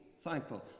thankful